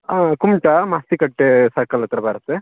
ಹಾಂ ಕುಮಟ ಮಾಸ್ತಿಕಟ್ಟೆ ಸರ್ಕಲ್ ಹತ್ತಿರ ಬರುತ್ತೆ